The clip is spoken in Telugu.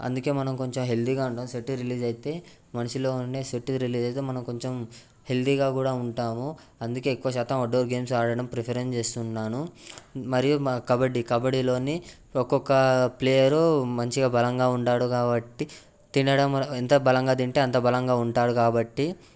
అందుకే మనం కొంచెం హెల్దీగా ఉంటాం స్వెట్ రిలీజ్ అయితే మనిషిలో ఉండే స్వెట్ రిలీజ్ అయితే మనం కొంచెం హెల్దీగా కూడా ఉంటాము అందుకే ఎక్కువశాతం అవుట్డోర్ గేమ్స్ ఆడడం ప్రిఫరెన్స్ చేస్తున్నాను మరి కబడ్డీ కబడ్డీలో ఒక్కొక్క ప్లేయరు మంచిగా బలంగా ఉంటాడు కాబట్టి తినడం కూ ఎంత బలంగా తింటే అంత బలంగా ఉంటాడు కాబట్టి